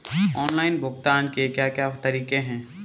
Online भुगतान के क्या क्या तरीके हैं?